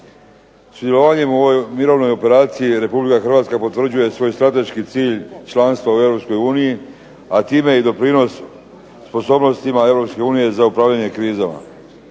Sudjelovanjem u ovoj mirovnoj operaciji Republika Hrvatska potvrđuje svoj strateški cilj članstva u Europskoj uniji, a time i doprinos sposobnostima Europske unije za upravljanje krizama.